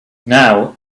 now